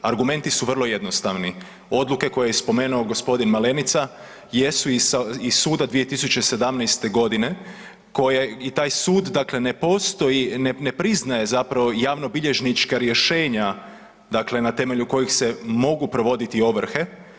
Argumenti su vrlo jednostavni, odluke koje je spomenu gospodin Malenica jesu iz suda 2017. godine koje i taj sud dakle ne postoji, ne priznaje zapravo javnobilježnička rješenja, dakle na temelju kojih se mogu provoditi ovrhe.